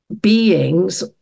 beings